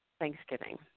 Thanksgiving